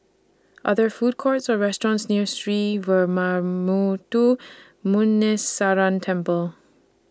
Are There Food Courts Or restaurants near Sree Veeramuthu Muneeswaran Temple